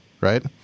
right